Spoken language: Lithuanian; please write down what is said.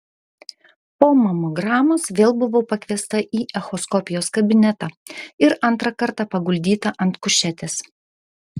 po mamogramos vėl buvau pakviesta į echoskopijos kabinetą ir antrą kartą paguldyta ant kušetės